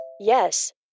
Yes